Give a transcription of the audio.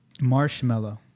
Marshmallow